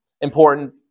important